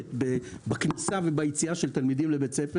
הנדרשת בכניסה וביציאה של תלמידים לבית ספר